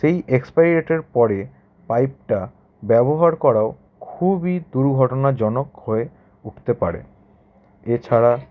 সেই এক্সপাইরি ডেটের পরে পাইপটা ব্যবহার করাও খুবই দুর্ঘটনাজনক হয়ে উঠতে পারে এছাড়া